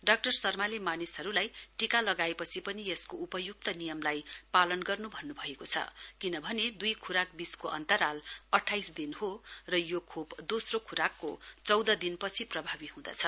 doctor शर्माले मानिसहरूसित टीका लगाएपछि पनि यसको उपयुक्त नियमलाई पालन गर्नु भन्नु भएको छ किनभने दुई खोराकबीचको अन्तराल अठाइस दिन हो र यो खोप दोस्रो खुराकको चौध दिनपछि प्रभावी हुंदछ